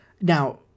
Now